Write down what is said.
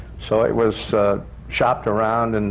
so it was shopped around. and